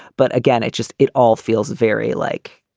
but again, it just it all feels very like.